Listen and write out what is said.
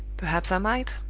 perhaps i might,